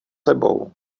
sebou